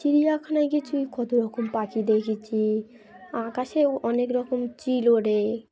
চিড়িয়াখানায় কিছুই কত রকম পাখি দেখেছি আকাশেও অনেক রকম চিল ওড়ে